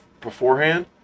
beforehand